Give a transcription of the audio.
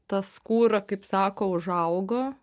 ta skūra kaip sako užaugo